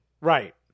Right